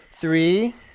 Three